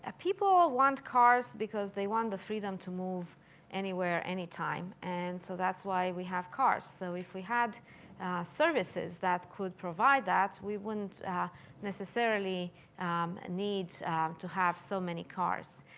ah people want cars because they want the freedom to move anywhere, anytime. and so that's why we have cars. so, if we had services that could provide that we wouldn't necessarily need to have so many cars.